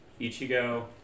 Ichigo